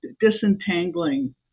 disentangling